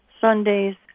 Sundays